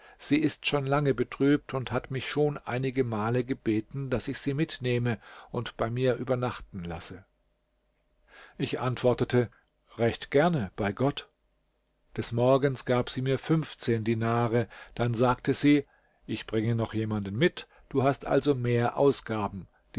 sie ist schon lange betrübt und hat mich schon einige male gebeten daß ich sie mitnehme und bei mir übernachten lasse ich antwortete recht gerne bei gott des morgens gab sie mir fünfzehn dinare dann sagte sie ich bringe noch jemanden mit du hast also mehr ausgaben